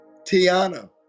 Tiana